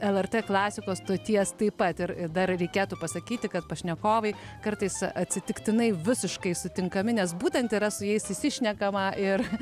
lrt klasikos stoties taip pat ir ir dar reikėtų pasakyti kad pašnekovai kartais atsitiktinai visiškai sutinkami nes būtent yra su jais išsišnekame ir